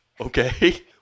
Okay